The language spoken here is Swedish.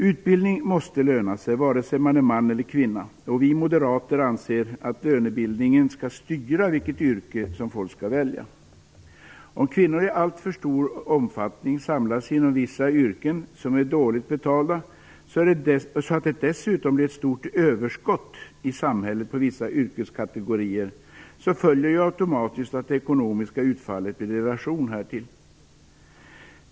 Utbildning måste löna sig, vare sig man är man eller kvinna. Vi moderater anser att lönebildningen skall styra vilket yrke folk skall välja. Om kvinnor i alltför stor omfattning samlas inom vissa yrken som är dåligt betalda, så att det dessutom blir ett stort överskott i samhället på vissa yrkeskategorier, följer automatiskt att det ekonomiska utfallet blir i relation härtill.